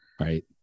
right